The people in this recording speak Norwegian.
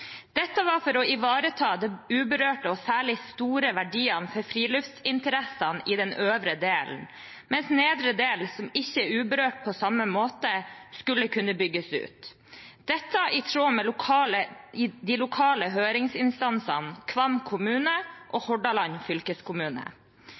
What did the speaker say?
Dette var for å ivareta de uberørte og særlig store verdiene for friluftsinteressene i den øvre delen, mens nedre del, som ikke er uberørt på samme måte, skulle kunne bygges ut – dette i tråd med de lokale høringsinstansene Kvam kommune og